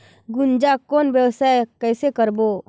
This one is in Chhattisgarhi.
गुनजा कौन व्यवसाय कइसे करबो?